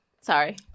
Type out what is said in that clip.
Sorry